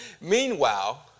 Meanwhile